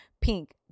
Pink